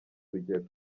urugero